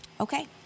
Okay